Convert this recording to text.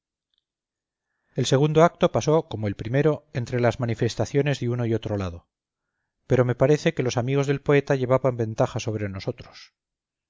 el segundo acto pasó como el primero entre las manifestaciones de uno y otro lado pero me parece que los amigos del poeta llevaban ventaja sobre nosotros